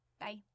Bye